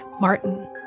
Martin